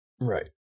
right